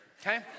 okay